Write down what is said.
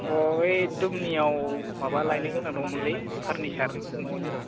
अह ओइ दुमनियाव माबा लायनो गोनां दंमोनलै फारनिसार न'नि